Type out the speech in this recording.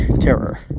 terror